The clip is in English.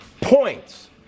Points